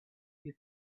you